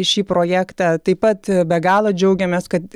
šį projektą taip pat be galo džiaugiamės kad